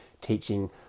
teaching